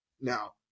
now